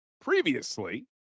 previously